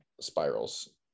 spirals